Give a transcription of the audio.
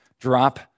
drop